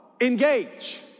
Engage